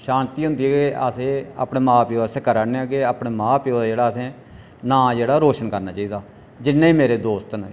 शांति होंदी ऐ कि अस एह् अपने मां प्यो आस्तै करै करने आं कि अपने मां प्यो दा जेह्ड़ा असें नां रोशन करना चाहिदा जिन्ने मेरे दोस्त न